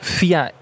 via